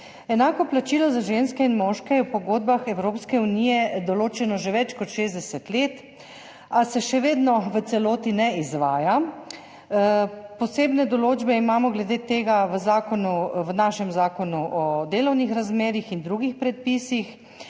Enako plačilo za ženske in moške je v pogodbah Evropske unije določeno že več kot 60 let, a se še vedno ne izvaja v celoti. Posebne določbe imamo glede tega v našem Zakonu o delovnih razmerjih in drugih predpisih.